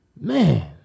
man